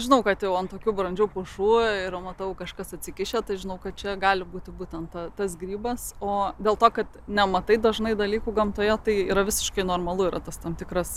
žinau kad jau ant tokių brandžių pušų ir matau kažkas atsikišę tai žinau kad čia gali būti būtent tas grybas o dėl to kad nematai dažnai dalykų gamtoje tai yra visiškai normalu yra tas tam tikras